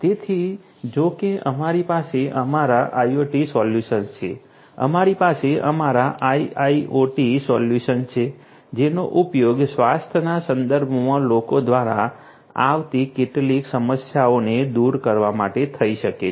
તેથી જો કે અમારી પાસે અમારા IOT સોલ્યુશન્સ છે અમારી પાસે અમારા IIoT સોલ્યુશન્સ છે જેનો ઉપયોગ સ્વાસ્થ્યના સંદર્ભમાં લોકો દ્વારા આવતી કેટલીક સમસ્યાઓને દૂર કરવા માટે થઈ શકે છે